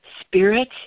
spirit